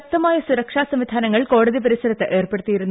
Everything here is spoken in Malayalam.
ശക്തമായ സുരക്ഷ സംവിധാനങ്ങൾ കോടതി പരിസരത്ത് ഏർപ്പെടുത്തിയിരുന്നു